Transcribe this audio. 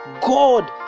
God